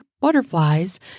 butterflies